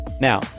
Now